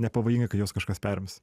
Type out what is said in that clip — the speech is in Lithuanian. nepavojinga kai juos kažkas perims